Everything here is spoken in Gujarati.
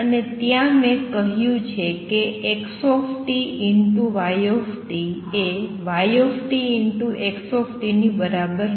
અને ત્યાં મેં કહ્યું છે કે x y એ y x ની બરાબર નથી